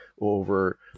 over